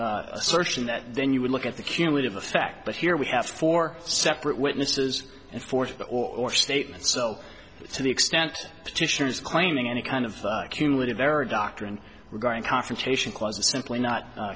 assertion that then you would look at the cumulative effect but here we have four separate witnesses in forth or statement so to the extent petitioners claiming any kind of cumulative error doctrine were going confrontation clause is simply not